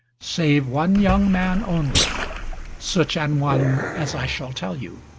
save one young man only such an one as i shall tell you.